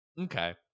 Okay